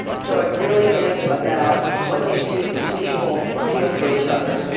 so it really is about what these two people feel for each other.